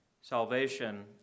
Salvation